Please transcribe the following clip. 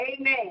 Amen